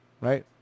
right